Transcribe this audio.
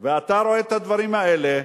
ואתה רואה את הדברים האלה.